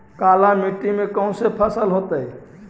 काला मिट्टी में कौन से फसल होतै?